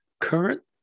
current